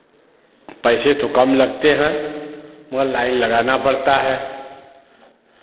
पैसे तो कम लगते हैं वहाँ लाइन लगाना पड़ता है